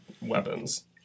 weapons